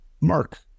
mark